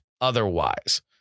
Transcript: otherwise